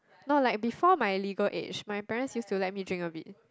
no like before my legal age my parents used to let me drink a bit